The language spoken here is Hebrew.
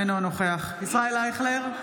אינו נוכח ישראל אייכלר,